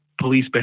police